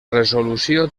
resolució